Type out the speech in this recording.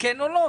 כן או לא?